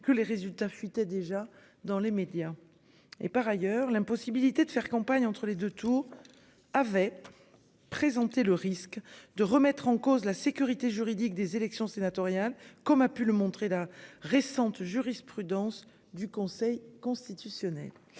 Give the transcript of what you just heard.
que les résultats fuité déjà dans les médias et par ailleurs l'impossibilité de faire campagne entre les 2 tours avait. Présenté le risque de remettre en cause la sécurité juridique des élections sénatoriales comme a pu le montrer la récente jurisprudence du Conseil constitutionnel.